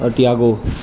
Tiago